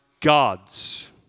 God's